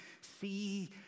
see